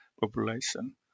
population